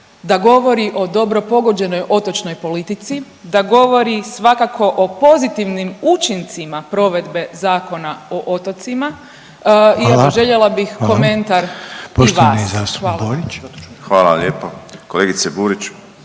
da govori o dobro pogođenoj otočnoj politici, da govori svakako o pozitivnim učincima provedbe Zakona o otocima. …/Upadica Reiner: Hvala./… I evo željela bih